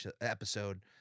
episode